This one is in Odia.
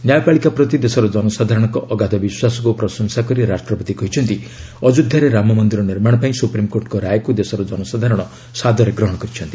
ନ୍ୟାୟପାଳିକା ପ୍ରତି ଦେଶର ଜନସାଧାରଣଙ୍କ ଅଗାଧ ବିଶ୍ୱାସକୁ ପ୍ରଶଂସା କରି ରାଷ୍ଟ୍ରପତି କହିଛନ୍ତି ଅଯୋଧ୍ୟାରେ ରାମମନ୍ଦିର ନିର୍ମାଣ ପାଇଁ ସୁପ୍ରିମ୍କୋର୍ଟଙ୍କ ରାୟକୁ ଦେଶର ଜନସାଧାରଣ ସାଦରେ ଗ୍ରହଣ କରିଛନ୍ତି